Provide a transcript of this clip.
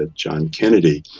ah john kennedy,